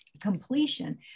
completion